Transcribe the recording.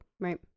right